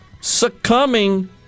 succumbing